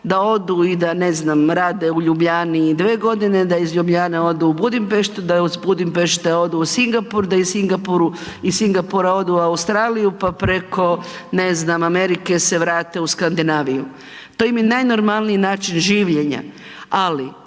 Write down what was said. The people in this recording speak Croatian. da odu i da ne znam, rade u Ljubljani, da iz Ljubljane odu u Budimpeštu, da iz Budimpešte odu u Singapur, da iz Singapura odu u Australiju pa preko ne znam, Amerike se vrate u Skandinaviju. To im je najnormalniji način življenja. Ali,